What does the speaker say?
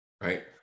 right